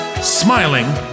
Smiling